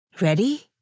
Ready